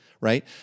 right